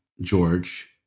George